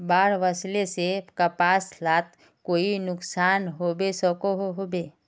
बाढ़ वस्ले से कपास लात कोई नुकसान होबे सकोहो होबे?